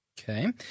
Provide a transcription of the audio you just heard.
Okay